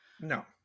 no